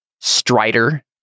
strider